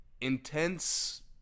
intense